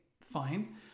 fine